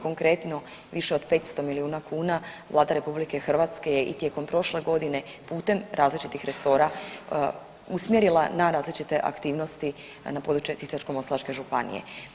Konkretno više od 500 milijuna kuna Vlada RH je i tijekom prošle godine putem različitih resora usmjerila na različite aktivnosti na područje Sisačko-moslavačke županije.